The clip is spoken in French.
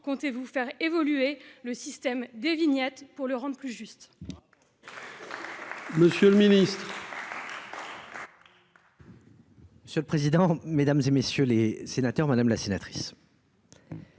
comptez-vous faire évoluer le système des vignettes pour le rendre plus juste ?